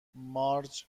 مارج